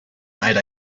night